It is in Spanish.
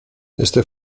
este